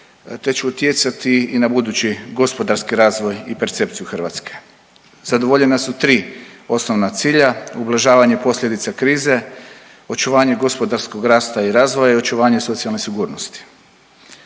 te će utjecati i na budući gospodarski razvoj i percepciju Hrvatske. Zadovoljena su tri osnovna cilja, ublažavanje posljedica krize, očuvanje gospodarskog rasta i razvoja i očuvanje socijalne sigurnosti.